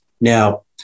Now